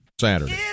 Saturday